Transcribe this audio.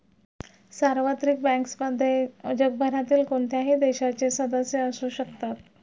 सार्वत्रिक बँक्समध्ये जगभरातील कोणत्याही देशाचे सदस्य असू शकतात